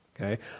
Okay